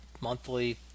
monthly